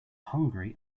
hungry